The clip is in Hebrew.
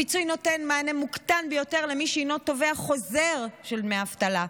הפיצוי נותן מענה מוקטן ביותר למי שהוא תובע חוזר של דמי אבטלה.